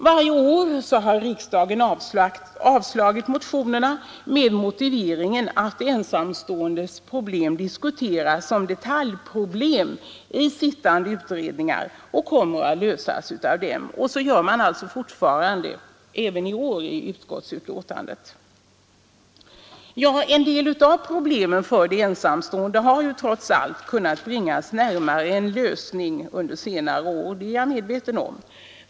Varje år har riksdagen avslagit motionerna med motiveringen att de ensamståendes problem diskuteras som detaljproblem i sittande utredningar och kommer att lösas av dem. Så gör man även i år. En del av problemen för de ensamstående har trots allt kunnat bringas närmare en lösning under senare år.